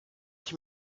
ich